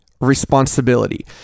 responsibility